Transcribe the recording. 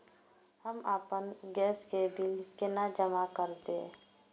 हम आपन गैस के बिल केना जमा करबे?